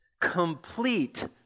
complete